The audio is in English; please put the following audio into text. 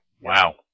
Wow